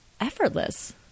effortless